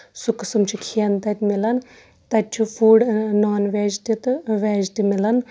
سُہ قٕسم چھُ کھٮ۪ن تَتہِ مِلان تَتہِ چھُ فوٗڈ نان ویج تہِ تہٕ ویج تہِ مِلان